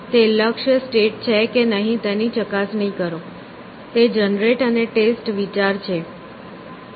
તે લક્ષ્ય સ્ટેટ છે કે નહીં તેની ચકાસણી કરો તે જનરેટ અને ટેસ્ટ વિચાર છે